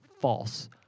false